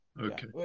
Okay